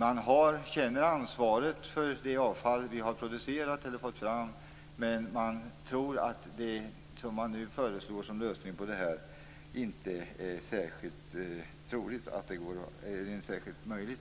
Man känner ansvar för det avfall vi har fått fram, men man tror att det som nu föreslås som lösning på det här problemet inte är särskilt möjligt att genomföra.